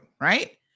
right